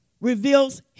reveals